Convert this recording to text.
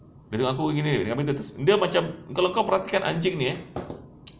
tengok aku gini abeh dia dia macam kalau kau perhatikan anjing ni eh